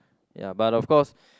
ya but of course